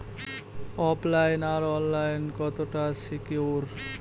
ওফ line আর online কতটা secure?